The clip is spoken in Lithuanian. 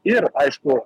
ir aišku